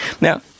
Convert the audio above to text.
Now